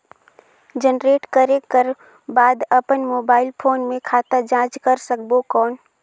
Generate करक कर बाद अपन मोबाइल फोन मे खाता जांच कर सकबो कौन?